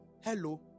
Hello